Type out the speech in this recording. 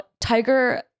Tiger